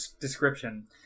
description